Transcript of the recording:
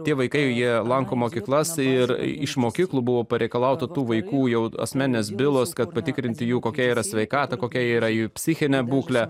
tie vaikai jie lanko mokyklas ir iš mokyklų buvo pareikalauta tų vaikų jau asmeninės bylos kad patikrinti jų kokia yra sveikata kokia yra jų psichinę būklę